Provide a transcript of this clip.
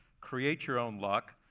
create your own luck.